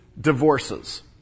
divorces